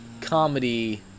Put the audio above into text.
comedy